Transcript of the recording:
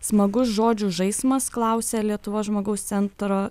smagus žodžių žaismas klausia lietuvos žmogaus centro